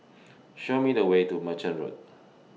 Show Me The Way to Merchant Road